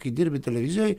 kai dirbi televizijoj